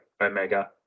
Omega